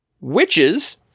Witches